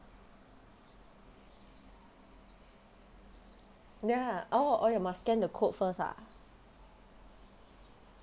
ya oh oh you must scan the code first ah